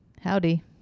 Howdy